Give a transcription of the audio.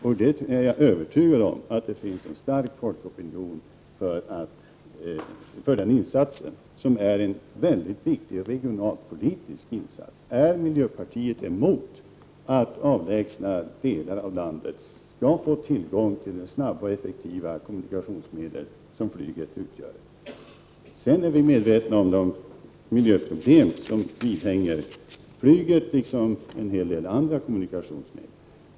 Jag är övertygad om att det finns en stark opinion för den insatsen — för övrigt en mycket viktig regionalpolitisk insats. Är miljöpartiet emot att man i avlägsna delar av landet får tillgång till det snabba och effektiva kommunikationsmedel som flyget utgör? Vidare är vi medvetna om de miljöproblem som hör ihop med flyget liksom med en hel del andra kommunikationsmedel.